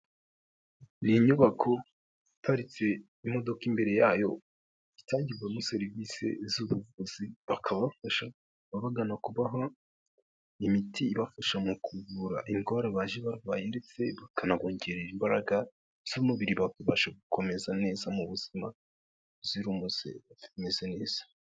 Ni inyubako iparitse imodoka imbere yayo itangirwamo serivisi z'ubuvuzi, bakaba bafasha ababagana kubaho imiti ibafasha mu kuvura indwara baje barwaye ndetse bakanabongerera imbaraga z'umubiri bakabasha gukomeza neza mu buzima buzira umuze, bameze neza.